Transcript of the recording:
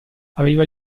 aveva